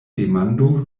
demando